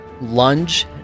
lunge